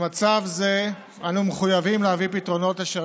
במצב זה אנו מחויבים להביא פתרונות אשר